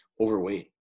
overweight